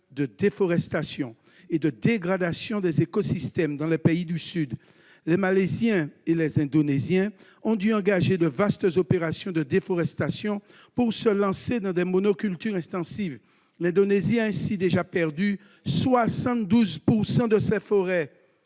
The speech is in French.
de déforestation et de dégradation des écosystèmes dans les pays du Sud. Les Malaisiens et les Indonésiens ont dû engager de vastes opérations de déforestation pour se lancer dans des monocultures extensives. L'Indonésie a ainsi déjà perdu 72 % de ses forêts.